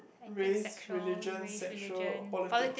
race religion sexual or politic